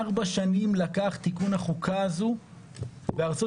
ארבע שנים לקח תיקון החוקה הזו בארצות